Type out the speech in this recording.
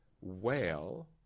whale